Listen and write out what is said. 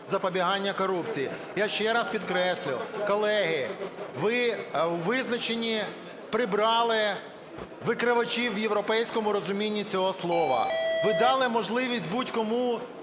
запобігання корупції". Я ще раз підкреслю, колеги, ви у визначенні прибрали викривачів у європейському розумінні цього слова. Ви дали можливість будь-кому